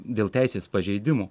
dėl teisės pažeidimų